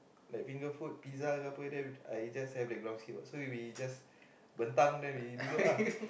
the finger food pizza ke apa I just have the ground sheet so we just bentang then we duduk